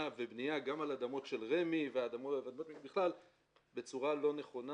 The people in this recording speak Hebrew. ובנייה גם על אדמות של רמ"י ואדמות בכלל בצורה לא נכונה,